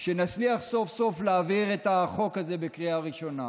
שנצליח סוף-סוף להעביר את החוק הזה בקריאה ראשונה?